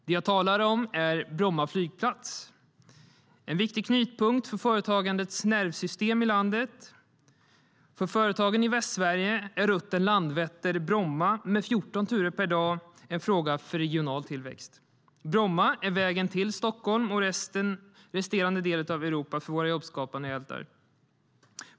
Det jag talar om är Bromma flygplats. Det är en viktig knytpunkt för företagandets nervsystem i landet. För företagen i Västsverige är rutten Landvetter-Bromma med 14 turer per dag en fråga om regional tillväxt. Bromma är vägen till Stockholm och resterande delen av Europa för våra jobbskapande hjältar.